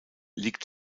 liegt